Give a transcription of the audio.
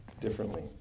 differently